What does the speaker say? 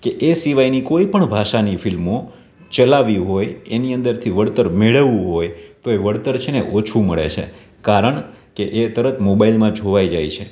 કે એ સિવાયની કોઈ પણ ભાષાની ફિલ્મો ચલાવવી હોય એની અંદરથી વળતર મેળવવું હોય તો એ વળતર છે ને ઓછું મળે છે કારણે કે એ તરત મોબાઇલમાં જોવાઈ જાય છે